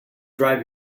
drive